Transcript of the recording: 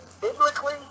Biblically